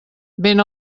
ben